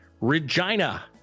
Regina